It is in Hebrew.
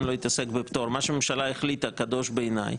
לא אתעסק בפטור ומה שהממשלה החליטה קדוש בעיניי,